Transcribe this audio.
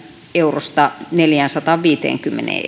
eurosta neljäänsataanviiteenkymmeneen